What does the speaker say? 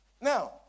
now